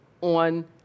on